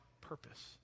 purpose